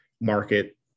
market